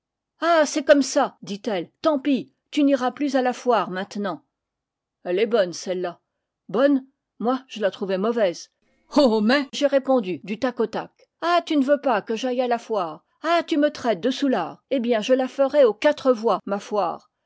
rien ah c'est comme ça dit-elle tant pis tu n'iras plus à la foire maintenant elle est bonne celle-là bonne moi je la trouvais mauvaise oh mais j'ai répondu du tac au tac ah tu ne veux pas que j'aille à la foire ah tu me traites de soulard eh bien je la ferai aux quatre voies ma foire